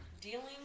dealing